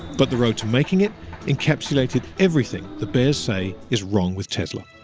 but the road to making it encapsulated everything the bears say is wrong with tesla.